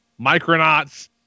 Micronauts